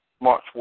March